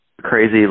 crazy